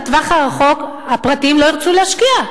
בטווח הרחוק הפרטיים לא ירצו להשקיע.